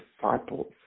disciples